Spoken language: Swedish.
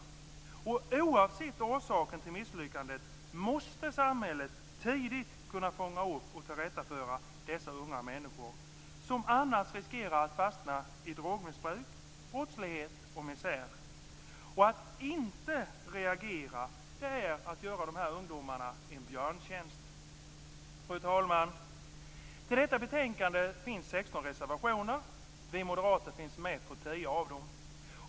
Oavsett orsaken till misslyckandet, måste samhället tidigt kunna fånga upp och tillrättaföra dessa unga människor som annars riskerar att fastna i drogmissbruk, brottslighet och misär. Att inte reagera är att göra de här ungdomarna en björntjänst. Fru talman! Till detta betänkande finns 16 reservationer. Vi moderater finns med på 10 av dem.